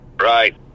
Right